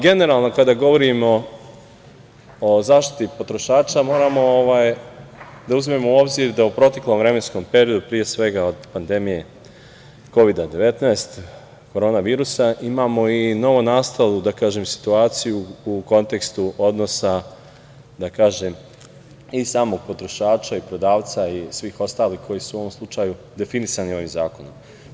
Generalno, kada govorimo o zaštiti potrošača, moramo da uzmemo obzir da u proteklom vremenskom periodu, pre svega od pandemije Kovida-19, korona virusa, imamo i novonastalu situaciju u kontekstu odnosa i samog potrošača i prodavca i svih ostalih koji su u ovom slučaju definisani ovim zakonom.